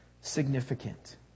significant